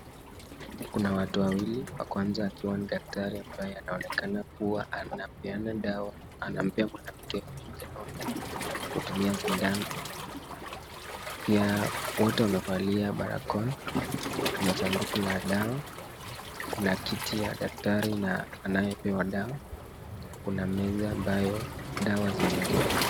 Kuna watu wawili, wa kwanza akiwa ni daktari ambaye anaonekana kuwa anapeana dawa, anampea mwanamke huyu dawa kutumia sindano. Pia wote wamevalia barakoa. Kuna sanduku la dawa. Kuna kiti ya daktari na anayepewa dawa. Kuna meza ambayo dawa zimewekwa.